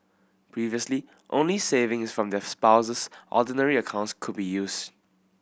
previously only savings from their Spouse's Ordinary accounts could be used